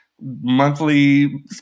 monthly